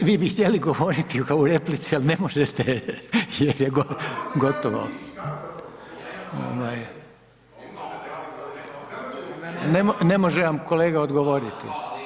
E, vi bi htjeli govoriti kao u replici, ali ne možete jer je gotovo. … [[Govornici govore u glas ne razumije se.]] Ne može vam kolega odgovoriti.